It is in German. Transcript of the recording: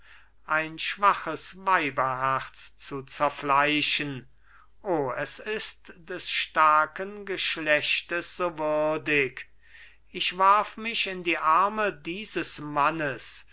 ein schwaches weiberherz zu zerfleischen o es ist des starken geschlechtes so würdig ich warf mich in die arme dieses mannes